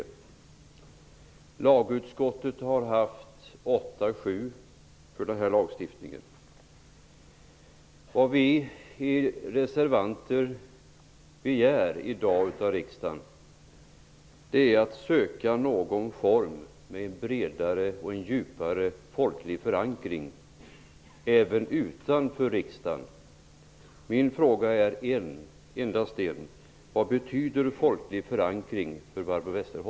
I lagutskottet blev sifforna 8--7 för denna lagstiftning. Vad vi reservanter i dag begär av riksdagen är att man skall söka en bredare folklig förankring utanför riksdagen. Min fråga är endast en: Vad betyder folklig förankring för Barbro